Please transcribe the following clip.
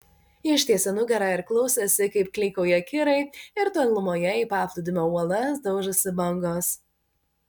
ištiesė nugarą ir klausėsi kaip klykauja kirai ir tolumoje į paplūdimio uolas daužosi bangos